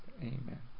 Amen